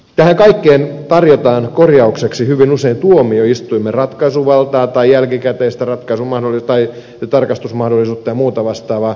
tähän kaikkeen tarjotaan korjaukseksi hyvin usein tuomioistuimen ratkaisuvaltaa tai jälkikäteistä tarkastusmahdollisuutta ja muuta vastaavaa